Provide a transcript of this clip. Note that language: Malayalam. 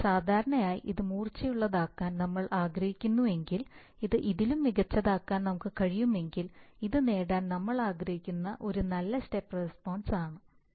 എന്നാൽ സാധാരണയായി ഇത് മൂർച്ചയുള്ളതാക്കാൻ നമ്മൾ ആഗ്രഹിക്കുന്നുവെങ്കിൽ ഇത് ഇതിലും മികച്ചതാക്കാൻ നമുക്ക് കഴിയുമെങ്കിൽ ഇത് നേടാൻ നമ്മൾ ആഗ്രഹിക്കുന്ന ഒരു നല്ല സ്റ്റെപ്പ് റെസ്പോൺസ് ആണ്